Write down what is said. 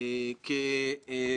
שינוי שנעשה בוועדת הכלכלה לאחרונה.